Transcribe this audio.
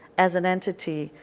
as an entity,